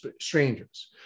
strangers